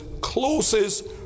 closest